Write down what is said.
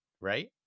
right